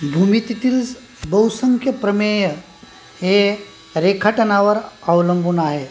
भूमितीतील बहूसंख्य प्रमेय हे रेखाटनावर अवलंबून आहे